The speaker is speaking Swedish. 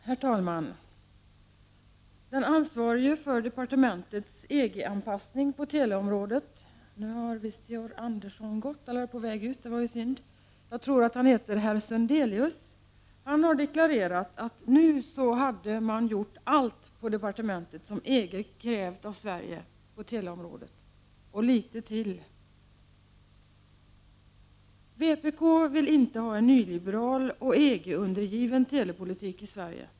Herr talman! Den ansvarige för departementets EG-anpassning på teleområdet — jag tror att han heter herr Sundelius — har deklarerat att nu har man på departementet gjort allt som EG krävt av Sverige på teleområdet och litet till. Jag ser att Georg Andersson nu är på väg ut ur kammaren, och det var synd. Vpk vill inte ha en nyliberal och EG-undergiven telepolitik i Sverige.